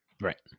Right